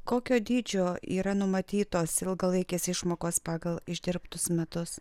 kokio dydžio yra numatytos ilgalaikės išmokos pagal išdirbtus metus